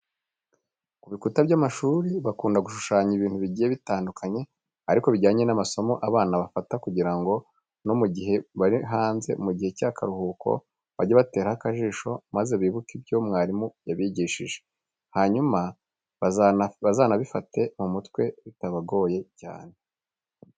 Ku bikuta by'amashuri bakunda gushushanyaho ibintu bigiye bitandukanye ariko bijyanye n'amasomo abana bafata kugira no mu gihe bari hanze, mu gihe cy'akaruhuko bajye bateraho akajisho maze bibuke ibyo mwarimu yabigishije, hanyuma bazanabifate mu mutwe bitabagoye cyane.